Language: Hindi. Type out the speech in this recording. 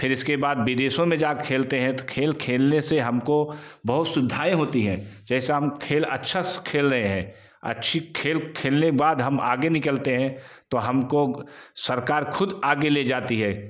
फिर इसके बाद विदेशों में जा के खेलते हैं तो खेल खेलने से हमको बहुत सुविधाएँ होती है जैसा हम खेल अच्छे से खेल रहे है अच्छी खेल खेलने बाद हम आगे निकलते हैं तो हमको सरकार खुद आगे ले जाती है